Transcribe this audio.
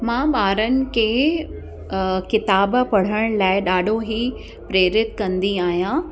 मां ॿारनि खे किताब पढ़ण लाइ ॾाढो ई प्रेरित कंदी आहियां